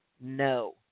No